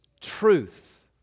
truth